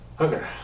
Okay